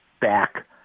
back